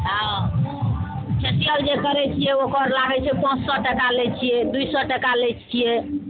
हँ फेसियल जे करय छियै ओकर लागय छै पाँच सओ टाका लै छियै दू सओ टाका लै छियै